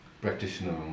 practitioner